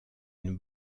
une